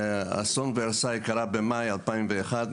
אסון ורסאי קרה במאי 2001,